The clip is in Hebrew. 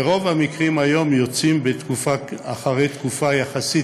שרוב המקרים היום יוצאים אחרי תקופה יחסית